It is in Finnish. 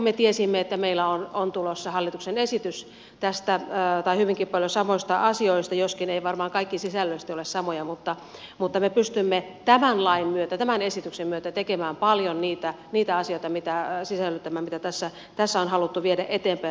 me tiesimme että meillä on tulossa hallituksen esitys hyvinkin paljon samoista asioista joskaan eivät varmaan kaikki sisällöllisesti ole samoja ja me pystymme tähän lakiin tämän esityksen myötä sisällyttämään paljon niitä asioita mitä tässä on haluttu viedä eteenpäin